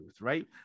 right